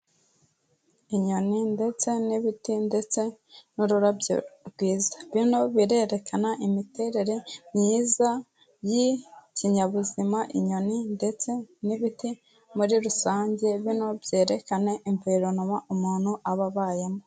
Inyoni ndetse n'ibiti ndetse n'ururabyo rwiza, bino birerekana imiterere myiza y'ikinyabuzima inyoni ndetse n'ibiti muri rusange, bino byerekane environment umuntu aba abayemo.